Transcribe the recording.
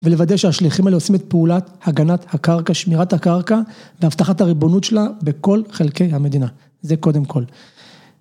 ולוודא שהשליחים האלה עושים את פעולת הגנת הקרקע, שמירת הקרקע והבטחת הריבונות שלה בכל חלקי המדינה, זה קודם כל.